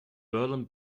berlin